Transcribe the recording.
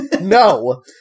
no